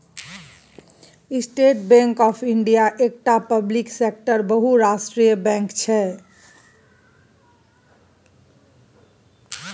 state Bank of India एकटा public सेक्टरक बहुराष्ट्रीय बैंक छै